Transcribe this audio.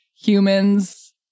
humans